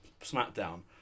Smackdown